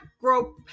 grow